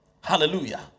Hallelujah